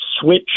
Switch